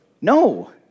No